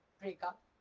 breakup